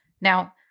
Now